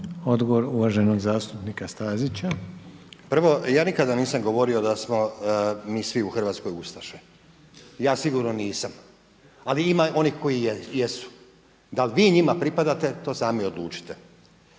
Odgovor uvaženog zastupnika Stazića. **Stazić, Nenad (SDP)** Prvo, ja nikada nisam govorio da smo mi svi u Hrvatskoj ustaše, ja sigurno nisam ali ima onih koji jesu, da li vi njima pripadate to sami odlučite.